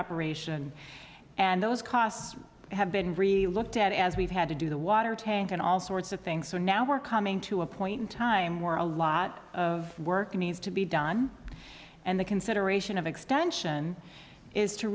operation and those costs have been looked at as we've had to do the water tank and all sorts of things so now we're coming to a point in time where a lot of work needs to be done and the consideration of extension is to